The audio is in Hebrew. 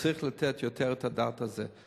וצריך לתת יותר את הדעת על זה.